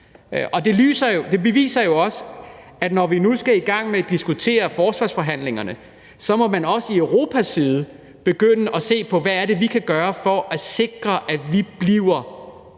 Det beviser jo også, at når vi nu skal i gang med forsvarsforhandlingerne, må man også fra Europas side begynde at se på, hvad det er, vi kan gøre for at sikre vores